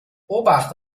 obacht